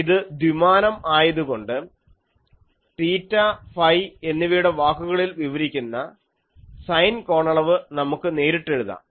ഇത് ദ്വിമാനം ആയതുകൊണ്ട് തീറ്റ ഫൈ എന്നിവയുടെ വാക്കുകളിൽ വിവരിക്കുന്ന സൈൻ കോണളവ് നമുക്ക് നേരിട്ട് എഴുതാം